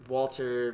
Walter